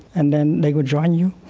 and then they will join you,